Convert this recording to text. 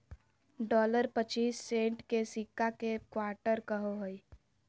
dollar पच्चीस cent के सिक्का के क्वार्टर कहो हइ